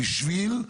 בשביל,